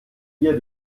wir